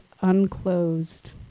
unclosed